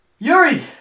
Yuri